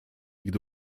gdy